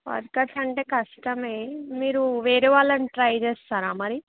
workers అంటే కష్టమే మీరు వేరే వాళ్ళని ట్రై చేస్తారా మరి